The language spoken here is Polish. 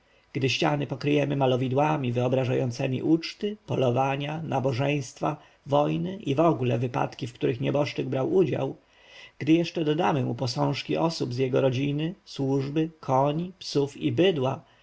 ściany pokryjemy malowidłami wyobrażającemi uczty polowania nabożeństwa wojny i wogóle wypadki w których nieboszczyk brał udział gdy jeszcze dodamy mu posążki osób z jego rodziny służby koni psów i bydła